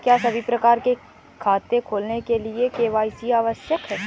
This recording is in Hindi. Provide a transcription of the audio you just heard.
क्या सभी प्रकार के खाते खोलने के लिए के.वाई.सी आवश्यक है?